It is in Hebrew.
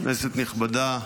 כנסת נכבדה,